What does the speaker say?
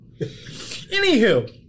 anywho